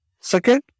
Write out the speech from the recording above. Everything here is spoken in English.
Second